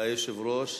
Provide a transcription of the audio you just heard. היושב-ראש.